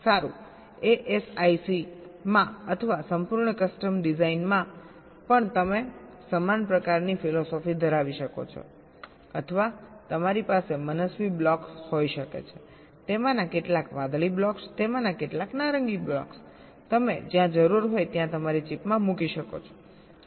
સારું ASICમાં અથવા સંપૂર્ણ કસ્ટમ ડિઝાઇનમાં પણ તમે સમાન પ્રકારની ફિલોસોફી ધરાવી શકો છો અથવા તમારી પાસે મનસ્વી બ્લોક્સ હોઈ શકે છે તેમાંના કેટલાક વાદળી બ્લોક્સ તેમાંના કેટલાક નારંગી બ્લોક્સ તમે જ્યાં જરૂર હોય ત્યાં તમારી ચિપમાં મૂકી શકો છો